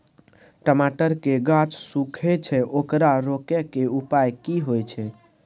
टमाटर के गाछ सूखे छै ओकरा रोके के उपाय कि होय है?